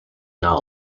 not